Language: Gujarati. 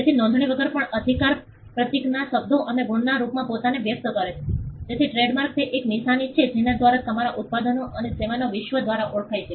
તેથી નોંધણી વગર પણ અધિકાર પ્રતીકનાsymbol's શબ્દો અને ગુણના રૂપમાં પોતાને વ્યક્ત કરે છે જેથી ટ્રેડમાર્ક તે એક નિશાની છે જેના દ્વારા તમારા ઉત્પાદનો અને સેવાઓ વિશ્વ દ્વારા ઓળખાય છે